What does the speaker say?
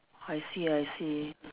I see I see